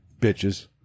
Bitches